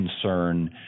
concern